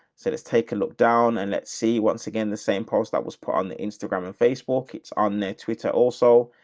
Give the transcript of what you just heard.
so let's take a look down and let's see once again, the same post that was put on the instagram and facebook it's on their twitter also,